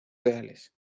reales